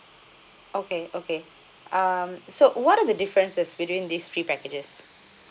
okay okay um so what are the differences between these three packages